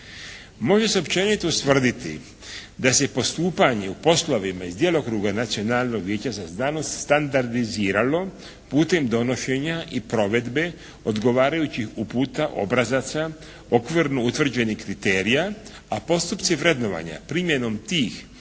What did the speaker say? Može se općenito ustvrditi da se postupanje u poslovima iz djelokruga Nacionalnog vijeća za znanost standardiziralo putem donošenja i provedbe odgovarajućih uputa, obrazaca, okvirno utvrđenih kriterija, a postupci vrednovanja primjenom tih